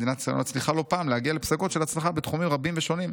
מדינת ישראל מצליחה לא פעם להגיע לפסגות של הצלחה בתחומים רבים ושונים.